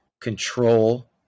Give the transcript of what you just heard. control